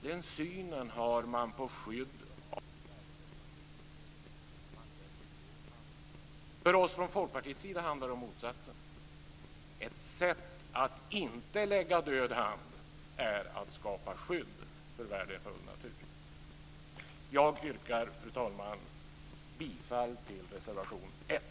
Den synen har man på skydd av värdefull natur. Man lägger en död hand. För oss från Folkpartiets sida handlar det om motsatsen, nämligen att ett sätt att skapa skydd för värdefull natur är att inte lägga en död hand. Fru talman! Jag yrkar bifall till reservation 1.